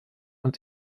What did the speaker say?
und